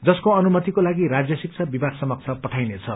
जसको अनुमतिको लागि राज्य शिक्षा विभाग समक्ष पठाइने छ